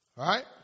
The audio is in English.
right